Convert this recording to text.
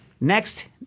next